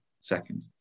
second